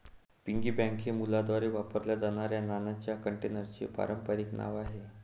piggy bank हे मुलांद्वारे वापरल्या जाणाऱ्या नाण्यांच्या कंटेनरचे पारंपारिक नाव आहे